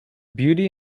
beauty